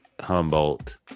Humboldt